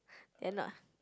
then what